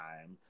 time